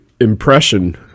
impression